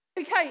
Okay